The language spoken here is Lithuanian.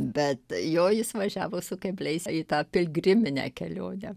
bet jo jis važiavo su kebliais į tą pilgriminę kelionę